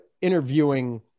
interviewing